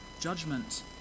judgment